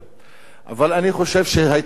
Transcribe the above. אבל אני חושב שהיתה החלטה,